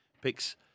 Picks